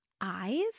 eyes